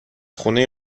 خونه